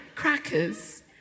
crackers